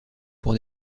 pour